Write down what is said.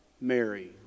Mary